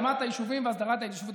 תרגמת, והכול מסולף.